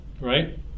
Right